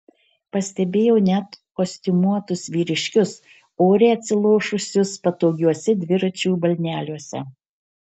pastebėjau net kostiumuotus vyriškius oriai atsilošusius patogiuose dviračių balneliuose